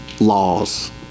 laws